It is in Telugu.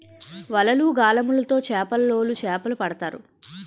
వలలు, గాలములు తో చేపలోలు చేపలు పడతారు